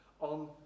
on